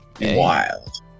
wild